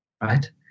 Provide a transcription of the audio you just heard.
right